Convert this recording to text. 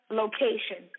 location